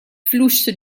flusso